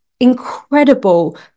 incredible